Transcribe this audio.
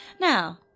Now